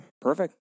Perfect